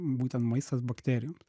būtent maistas bakterijom